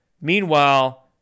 meanwhile